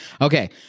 Okay